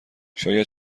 شاید